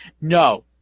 No